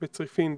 בצריפין,